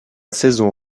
saison